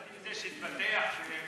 התחלתי עם זה שהתפתח בזמן האחרון.